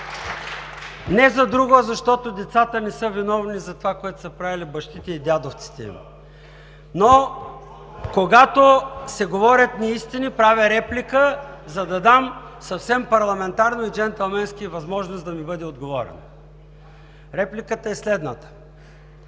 Не за друго, а защото децата не са виновни за това, което са правили бащите и дядовците им. Но когато се говорят неистини, правя реплика, за да дам съвсем парламентарно и джентълменски възможност да ми бъде отговорено. Репликата е следната.